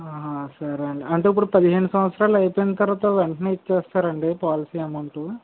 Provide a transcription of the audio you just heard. ఆహా సరే అండి అంటే ఇప్పుడు పదిహేను సంవత్సరాల అయిపోయిన తర్వాత వెంటనే ఇచ్చేస్తారండి పాలసీ అమౌంటు